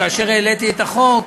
כאשר העליתי את החוק,